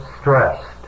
stressed